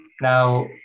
now